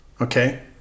okay